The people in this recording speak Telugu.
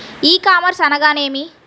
ఈ కామర్స్ అనగా నేమి?